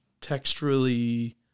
texturally